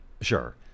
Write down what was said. Sure